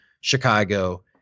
Chicago